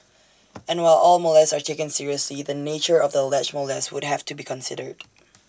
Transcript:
and while all molests are taken seriously the nature of the alleged molest would have to be considered